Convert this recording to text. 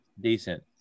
decent